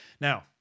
Now